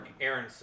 Aaron